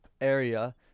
area